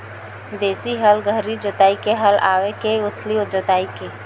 देशी हल गहरी जोताई के हल आवे के उथली जोताई के?